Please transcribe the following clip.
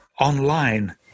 online